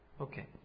Okay